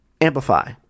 Amplify